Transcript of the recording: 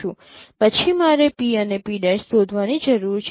પછી મારે P અને P' શોધવાની જરૂર છે